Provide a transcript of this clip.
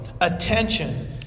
Attention